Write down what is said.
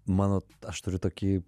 mano aš turiu tokį